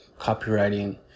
copywriting